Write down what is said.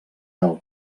del